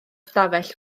ystafell